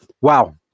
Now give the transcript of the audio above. Wow